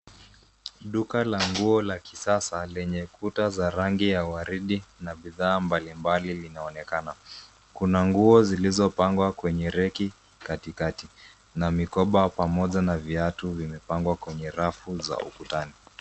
Duka la nguo la kisasa lenye kuta za rangi ya waridi na bidhaa mbalimbali linaonekana. Kuna nguo zilizopangwa kwenye reki katikati, na mikoba pamoja na viatu vimepangwa kwenye rafu za ukutani.